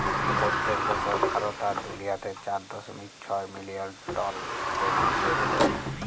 পইত্তেক বসর ভারত আর দুলিয়াতে চার দশমিক ছয় মিলিয়ল টল ব্যাম্বু তৈরি হবেক